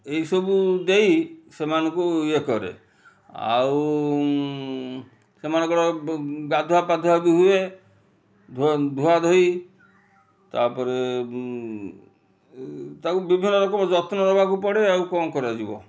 ଏଇସବୁ ଦେଇ ସେମାନଙ୍କୁ ଇଏ କରେ ଆଉ ସେମାନଙ୍କର ଗାଧୁଆ ପାଧୁଆ ବି ହୁଏ ଧୁଆ ଧୁଆ ଧୁଇ ବି ହୁଏ ତା'ପରେ ତାକୁ ବିଭିନ୍ନ ରକମ ଯତ୍ନ ନେବାକୁ ପଡ଼େ ଆଉ କ'ଣ କରାଯିବ